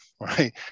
right